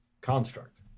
construct